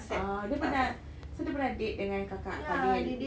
ah dia pernah so dia pernah date dengan kakak fadiyah